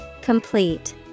Complete